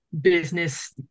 business